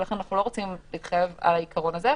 ולכן אנחנו לא רוצים להתחייב על העיקרון הזה,